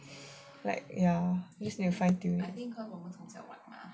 like ya just need to fine-tune it